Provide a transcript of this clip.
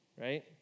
right